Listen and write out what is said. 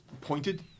pointed